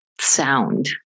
sound